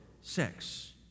sex